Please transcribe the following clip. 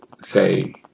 say